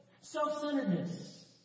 Self-centeredness